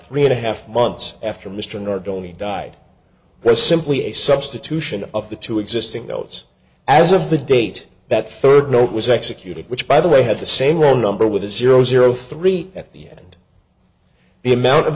three and a half months after mr nor dhoni died there is simply a substitution of the two existing notes as of the date that third note was executed which by the way had the same wrong number with zero zero three at the end the amount of